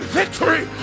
victory